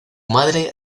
madre